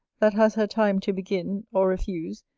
that has her time to begin or refuse,